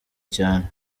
cyane